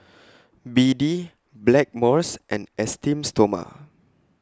B D Blackmores and Esteem Stoma